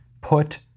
Put